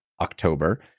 October